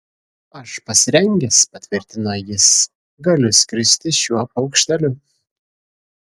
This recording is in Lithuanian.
aš pasirengęs patvirtino jis galiu skristi šiuo paukšteliu